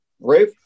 right